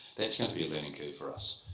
that's going to be a learning curve for us,